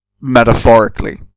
metaphorically